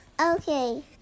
Okay